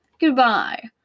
Goodbye